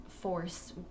force